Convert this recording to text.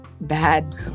bad